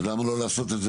אז למה לא לעשות את זה,